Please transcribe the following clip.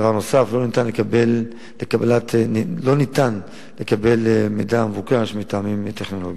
3. לא ניתן לקבל את המידע המבוקש מטעמים טכנולוגיים.